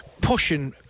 pushing